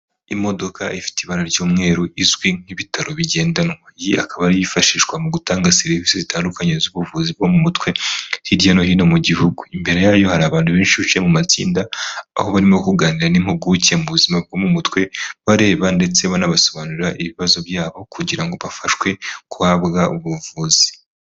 Imodoka ifite ibara ry'umweru izwi nk'ibitaro bigendanwa, iyi akaba ari iyifashishwa mu gutanga serivisi zitandukanye z'ubuvuzi bwo mu mutwe hirya no hino mu gihugu, imbere yayo hari abantu benshishe mu matsinda aho barimo kuganira n'impuguke mu buzima bwo mu mutwe bareba ndetse banabasobanurira ibibazo byabo kugira ngo bafashwe guhabwa ubuvuzi.